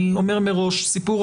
אני אומר מראש, סיפור